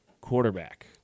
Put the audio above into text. Quarterback